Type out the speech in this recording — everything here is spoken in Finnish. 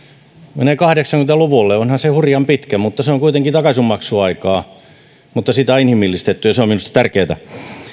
menee kahdeksankymmentä luvulle onhan se hurjan pitkä mutta se on on kuitenkin takaisinmaksuaikaa mutta sitä on inhimillistetty ja se on minusta tärkeätä